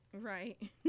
right